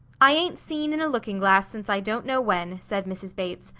i ain't seen in a looking-glass since i don't know when, said mrs. bates.